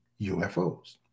UFOs